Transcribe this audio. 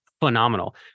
phenomenal